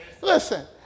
Listen